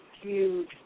huge